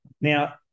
now